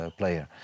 player